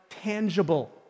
tangible